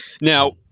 Now